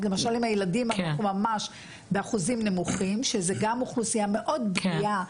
אבל האשפוזים שלהם גם עולים כסף במידה והם לא מחוסנים.